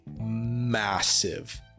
massive